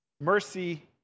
mercy